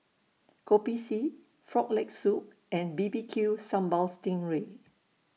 Kopi C Frog Leg Soup and B B Q Sambal Sting Ray